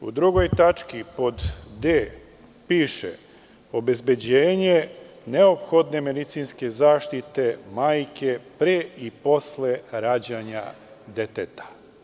U tački 2. pod d) piše – obezbeđenje neophodne medicinske zaštite, majke pre i posle rađanja deteta.